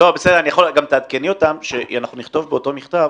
אז תעדכני אותם שאנחנו נכתוב באותו מכתב